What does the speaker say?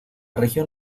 región